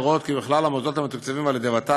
אפשר לראות כי בכלל המוסדות המתוקצבים על-ידי הוות"ת